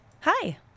Hi